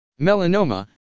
Melanoma